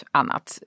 annat